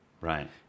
Right